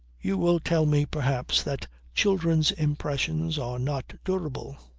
you will tell me perhaps that children's impressions are not durable.